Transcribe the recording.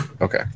Okay